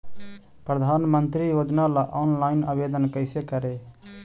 प्रधानमंत्री योजना ला ऑनलाइन आवेदन कैसे करे?